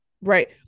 right